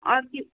और किस